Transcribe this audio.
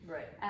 Right